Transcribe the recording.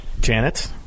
Janet